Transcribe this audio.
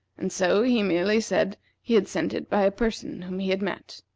and so he merely said he had sent it by a person whom he had met.